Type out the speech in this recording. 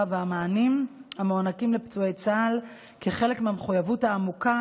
והמענים המוענקים לפצועי צה"ל כחלק מהמחויבות העמוקה